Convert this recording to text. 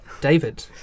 David